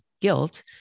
guilt